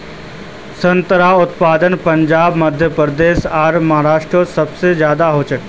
संत्रार उत्पादन पंजाब मध्य प्रदेश आर महाराष्टरोत सबसे ज्यादा होचे